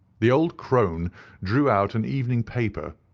the old crone drew out an evening paper,